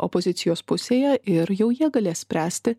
opozicijos pusėje ir jau jie galės spręsti